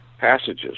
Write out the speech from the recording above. Passages